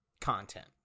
content